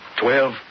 Twelve